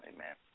Amen